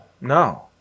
No